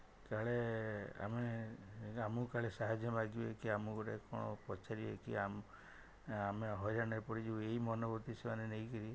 କାଳେ ଆମେ ଆମକୁ କାଳେ ସାହାଯ୍ୟ ମାଗିବେ କି ଆମକୁ କ'ଣ ପଚାରିବେ କି ଆମେ ହଇରାଣରେ ପଡ଼ିଯିବୁ ଏଇ ମନବୃତ୍ତି ସେମାନେ ନେଇକି